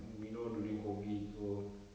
mm you know during COVID so